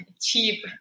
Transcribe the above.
cheap